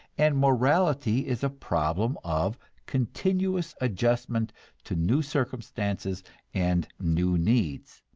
and morality is a problem of continuous adjustment to new circumstances and new needs.